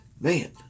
man